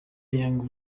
young